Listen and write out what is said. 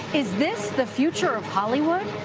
is this the future of hollywood?